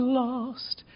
lost